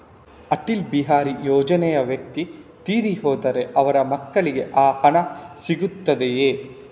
ಅಟಲ್ ಬಿಹಾರಿ ಯೋಜನೆಯ ವ್ಯಕ್ತಿ ತೀರಿ ಹೋದರೆ ಅವರ ಮಕ್ಕಳಿಗೆ ಆ ಹಣ ಸಿಗುತ್ತದೆಯೇ?